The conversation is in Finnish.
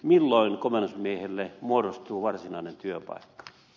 milloin komennusmiehelle muodostuu varsinainen työpaikka